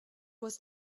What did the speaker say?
was